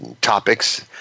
topics